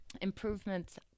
Improvements